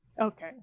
Okay